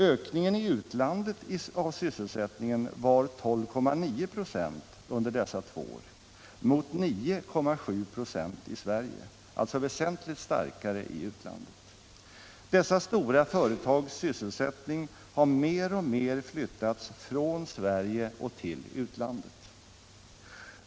Ökningen i utlandet av sysselsättningen var 12,9 96 under dessa två år mot 9,7 96 i Sverige, alltså väsentligt starkare i utlandet. Dessa stora företags sysselsättning har mer och mer flyttats från Sverige till utlandet.